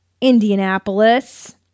Indianapolis